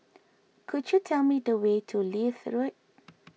could you tell me the way to Leith Road